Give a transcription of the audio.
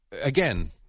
again